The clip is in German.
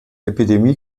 epidemie